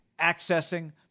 accessing